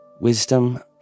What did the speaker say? wisdom